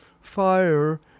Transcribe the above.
fire